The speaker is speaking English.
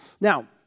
Now